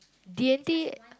D-and-T